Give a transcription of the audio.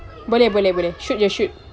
boleh boleh boleh shoot jer shoot